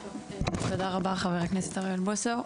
תודה רבה, חבר הכנסת אוריאל בוסו.